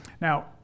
Now